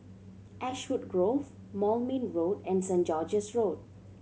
Ashwood Grove Moulmein Road and Saint George's Road